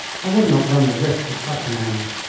i would not run the risk of such an end.